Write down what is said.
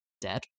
dead